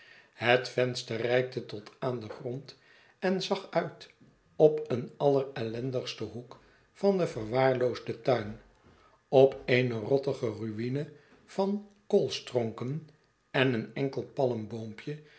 het venster reikte tot aan den grond en zag uit op een allerellendigsten hoek van den verwaarloosden tuin op eene rottige ruine van koolstronken en een enkel